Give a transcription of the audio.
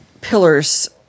pillars